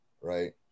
Right